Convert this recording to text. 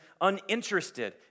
uninterested